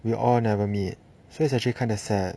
we all never meet so it's actually kinda sad